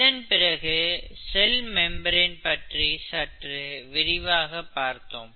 இதன் பிறகு cell membrane பற்றி சற்று விரிவாக பார்த்தோம்